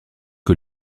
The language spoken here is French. que